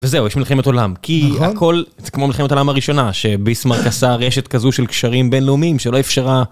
וזהו יש מלחמת עולם כי הכל זה כמו מלחמת העולם הראשונה ביסמרק עשה רשת כזו של קשרים בינלאומיים שלא אפשרה.